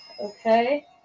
Okay